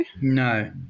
no